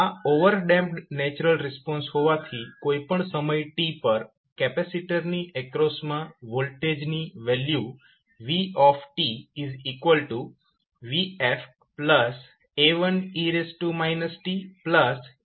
આ overdamped natural response હોવાથી કોઈ પણ સમય t પર કેપેસિટરની એક્રોસમાં વોલ્ટેજની વેલ્યુ vvfA1e tA2e 4t તરીકે લખી શકાય છે